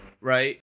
right